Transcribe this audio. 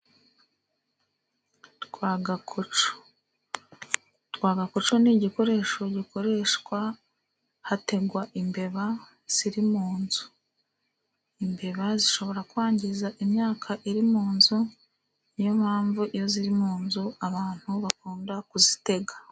Rwagakoco . Rwagakoco ni igikoresho gikoreshwa hategwa imbeba ziri mu nzu. Imbeba zishobora kwangiza imyaka iri mu nzu ,ni yo mpamvu iyo ziri mu nzu abantu bakunda kuzitega.